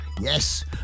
Yes